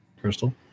Crystal